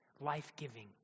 life-giving